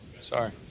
Sorry